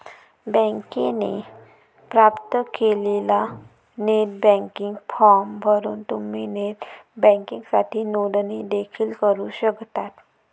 बँकेने प्राप्त केलेला नेट बँकिंग फॉर्म भरून तुम्ही नेट बँकिंगसाठी नोंदणी देखील करू शकता